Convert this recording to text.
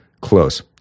close